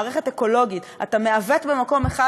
מערכת אקולוגית: אתה מעוות במקום אחד,